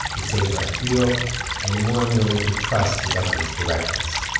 the safer i feel and the more i am willing to trust the government's directives